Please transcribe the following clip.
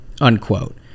unquote